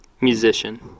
Musician